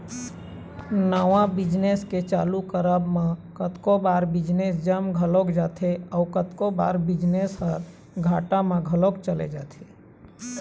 नवा बिजनेस के चालू करब म कतको बार बिजनेस जम घलोक जाथे अउ कतको बार बिजनेस ह घाटा म घलोक चले जाथे